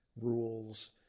rules